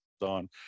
on